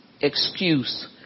excuse